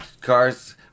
cars